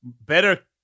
better